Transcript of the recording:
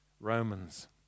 Romans